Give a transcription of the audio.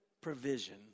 provision